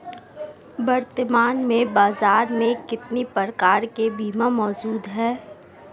वर्तमान में बाज़ार में कितने प्रकार के बीमा मौजूद हैं?